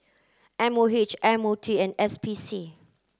M O H M O T and S P C